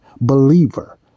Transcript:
believer